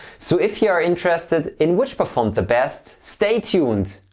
so if you are interested in which performed the best, stay tuned.